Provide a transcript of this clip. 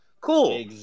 Cool